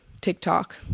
TikTok